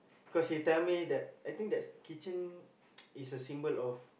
because he tell me that I think that keychain is a symbol of